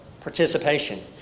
participation